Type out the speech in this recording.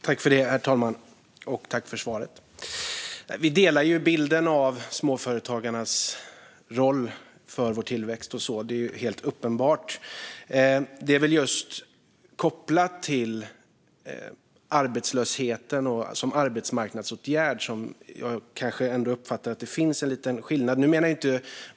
Herr talman! Det är helt uppenbart att vi delar bilden av småföretagarnas roll för tillväxten. Det är när man kopplar det till arbetslösheten och till att vara en arbetsmarknadsåtgärd som det finns en viss skillnad, så som jag uppfattar det.